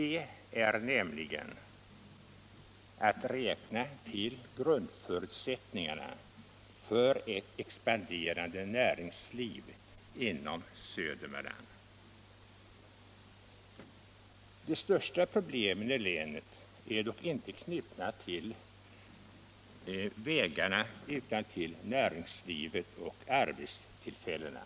De är nämligen att räkna till grundförutsättningarna för ett expanderande näringsliv inom Södermanland. De största problemen i länet är dock inte knutna till vägarna utan till näringslivet och arbetstillfällena.